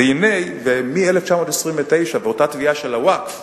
והנה, מ-1929 ואותה תביעה של הווקף